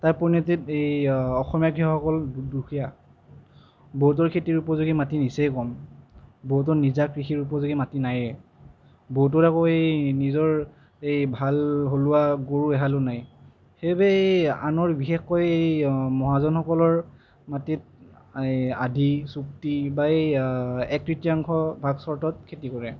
তাৰ পৰিণতিত এই অসমীয়া কৃষকসকল দুখীয়া বহুতৰ খেতিৰ উপযোগী মাটি নিচেই কম বহুতৰ নিজা কৃষিৰ উপযোগী মাটি নায়েই বহুতৰে আকৌ এই নিজৰ এই ভাল হালোৱা গৰু এহালো নাই সেইবাবে আনৰ বিশেষকৈ এই মহাজনসকলৰ মাটিত এই আধি চুক্তি বা এই এক তৃতীয়াংশত ভাগ চৰ্তত খেতি কৰে